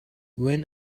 when